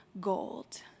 gold